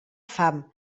fam